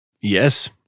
Yes